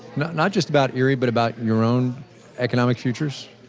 not not just about erie, but about your own economic futures?